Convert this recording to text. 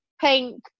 pink